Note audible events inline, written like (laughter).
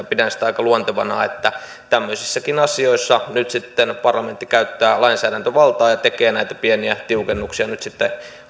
(unintelligible) pidän sitä aika luontevana että tämmöisissäkin asioissa nyt sitten parlamentti käyttää lainsäädäntövaltaa ja tekee näitä pieniä tiukennuksia nyt